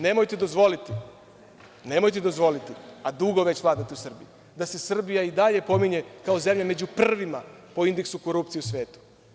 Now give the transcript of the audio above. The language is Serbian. Nemojte dozvoliti, nemojte dozvoliti, a dugo već vladate u Srbiji, da se Srbija i dalje pominje kao zemlja među prvima po indeksu korupcije u svetu.